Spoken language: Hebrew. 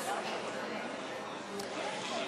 תנסי להמשיך.